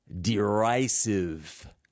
derisive